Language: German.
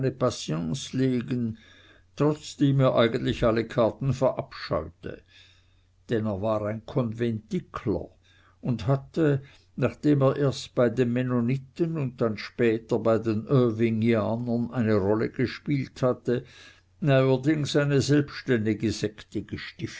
legen trotzdem er eigentlich alle karten verabscheute denn er war ein konventikler und hatte nachdem er erst bei den mennoniten und dann später bei den irvingianern eine rolle gespielt hatte neuerdings eine selbständige sekte